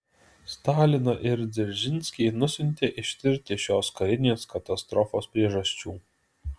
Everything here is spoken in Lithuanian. staliną ir dzeržinskį nusiuntė ištirti šios karinės katastrofos priežasčių